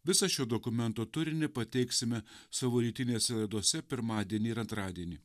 visą šio dokumento turinį pateiksime savo rytinėse laidose pirmadienį ir antradienį